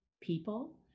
people